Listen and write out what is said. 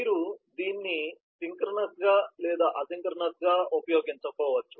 మీరు దీన్ని సింక్రోనస్ గా లేదా అసింక్రోనస్ గా ఉపయోగించుకోవచ్చు